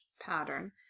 pattern